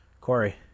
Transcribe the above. Corey